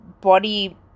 body